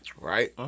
right